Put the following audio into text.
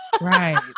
Right